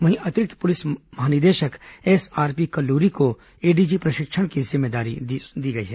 वहीं अतिरिक्त पुलिस महानिदेशक एसआरपी कल्लूरी को एडीजी प्रशिक्षण की जिम्मेदारी सौंपी गई है